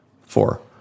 four